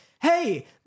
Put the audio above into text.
Hey